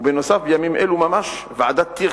ובנוסף, בימים אלו ממש ועדת-טירקל,